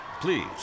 please